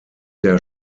der